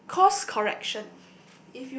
if cause correction